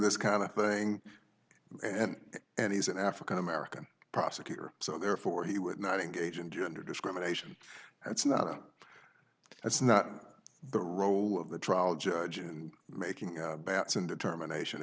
this kind of thing and and he's an african american prosecutor so therefore he would not engage in gender discrimination that's not that's not the role of the trial judge and making a batson determination